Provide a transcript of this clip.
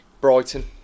Brighton